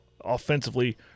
offensively